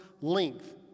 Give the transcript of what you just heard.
length